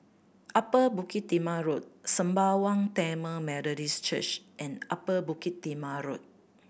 Upper Bukit Timah Road Sembawang Tamil Methodist Church and Upper Bukit Timah Road